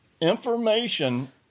information